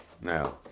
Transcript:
Now